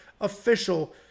official